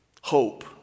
Hope